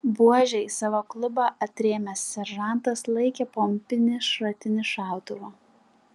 buože į savo klubą atrėmęs seržantas laikė pompinį šratinį šautuvą